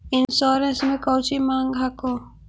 Insurance मे कौची माँग हको?